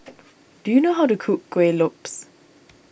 do you know how to cook Kueh Lopes